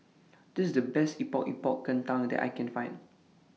This IS The Best Epok Epok Kentang that I Can Find